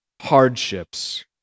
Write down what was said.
hardships